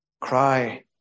cry